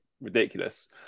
ridiculous